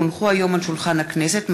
כי הונחו היום על שולחן הכנסת,